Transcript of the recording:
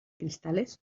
cristales